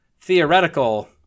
theoretical